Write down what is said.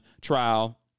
trial